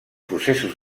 processos